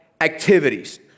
activities